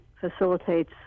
facilitates